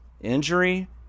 injury